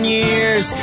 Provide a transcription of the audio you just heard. years